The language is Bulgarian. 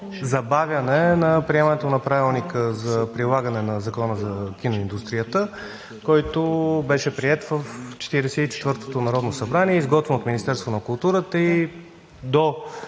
забавяне на приемането на Правилника за прилагане на Закона за киноиндустрията, който беше приет в 44-ото народно събрание, изготвен от Министерството на културата. До